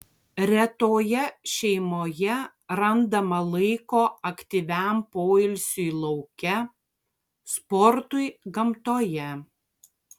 retoje šeimoje randama laiko aktyviam poilsiui lauke sportui gamtoje